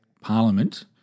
parliament